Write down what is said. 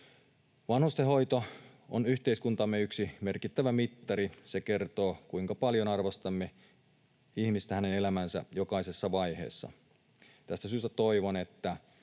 Vanhustenhoito on yhteiskuntamme yksi merkittävä mittari. Se kertoo, kuinka paljon arvostamme ihmistä hänen elämänsä jokaisessa vaiheessa. Tästä syystä toivon, että